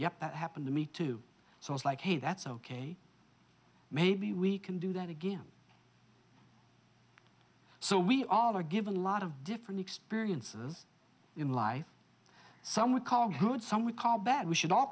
yeah that happened to me too so i was like hey that's ok maybe we can do that again so we all are given a lot of different experiences in life some we call good some we call bad we should all